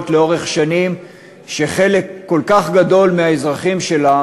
לאורך שנים כשחלק כל כך גדול מהאזרחים שלה